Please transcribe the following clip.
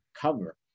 cover